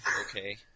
Okay